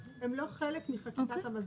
אם הם לא נקבעו בצו הם לא חלק מחקיקת המזון.